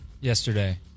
yesterday